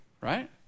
right